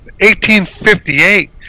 1858